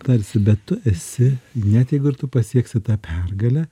tarsi bet tu esi net jeigu ir tu pasieksi tą pergalę